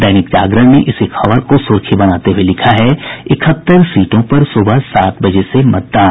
दैनिक जागरण ने इसी खबर को सुर्खी बनाते हुये लिखा है इकहत्तर सीटों पर सुबह सात बजे से मतदान